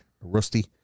Rusty